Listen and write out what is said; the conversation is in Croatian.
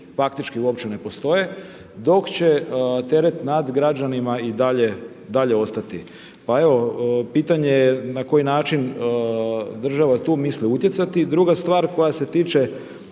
faktički uopće ne postoje dok će teret nad građanima i dalje ostati. Pa evo pitanje je na koji način država tu misli utjecati. I druga stvar koja se tiče